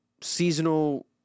seasonal